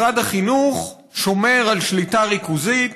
משרד החינוך שומר על שליטה ריכוזית.